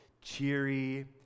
cheery